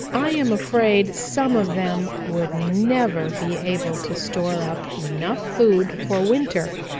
i am afraid some of them would never be able to store up enough food for winter,